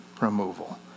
removal